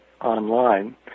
online